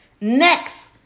Next